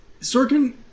Sorkin